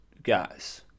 guys